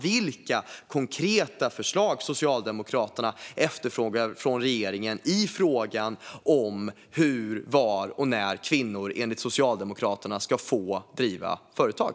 Vilka konkreta förslag efterfrågar Socialdemokraterna från regeringen i fråga om hur, var och när kvinnor enligt Socialdemokraterna ska få driva företag?